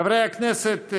חברי הכנסת,